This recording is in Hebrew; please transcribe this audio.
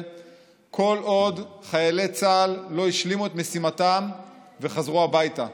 כל עוד חיילי צה"ל לא השלימו את משימתם וחזרו הביתה.